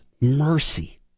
mercy